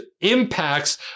impacts